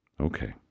Okay